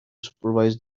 supervise